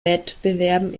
wettbewerben